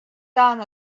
down